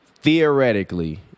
Theoretically